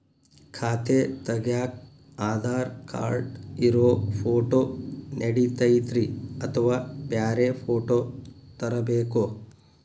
ಖಾತೆ ತಗ್ಯಾಕ್ ಆಧಾರ್ ಕಾರ್ಡ್ ಇರೋ ಫೋಟೋ ನಡಿತೈತ್ರಿ ಅಥವಾ ಬ್ಯಾರೆ ಫೋಟೋ ತರಬೇಕೋ?